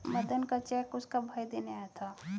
मदन का चेक उसका भाई देने आया था